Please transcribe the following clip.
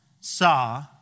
saw